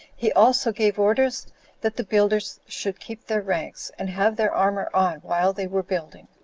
he also gave orders that the builders should keep their ranks, and have their armor on while they were building.